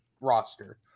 roster